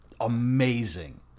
amazing